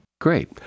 Great